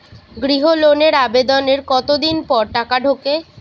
গৃহ লোনের আবেদনের কতদিন পর টাকা ঢোকে?